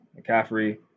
McCaffrey